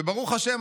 וברוך השם,